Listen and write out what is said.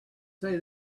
say